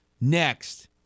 next